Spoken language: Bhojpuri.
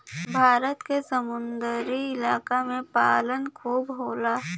भारत के समुंदरी इलाका में पालन खूब होला